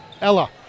Ella